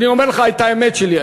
אני אומר לך את האמת שלי.